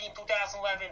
2011